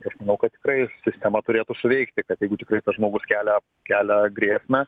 tai aš manau kad tikrai sistema turėtų suveikti kad jeigu tikrai tas žmogus kelia kelia grėsmę